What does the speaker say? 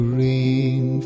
Green